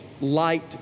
light